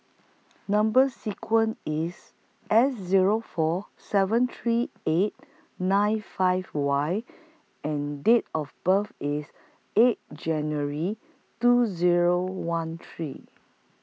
Number sequence IS S Zero four seven three eight nine five Y and Date of birth IS eighth January two Zero one three